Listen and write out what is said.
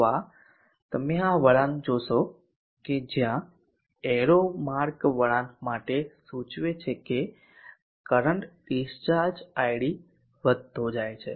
તો આ તમે આ વળાંક જોશો કે જ્યાં એરો માર્ક વળાંક માટે સૂચવે છે કરંટ ડિસ્ચાર્જ id વધતો જાય છે